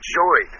joy